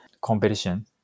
competition